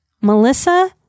melissa